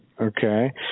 Okay